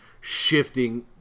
shifting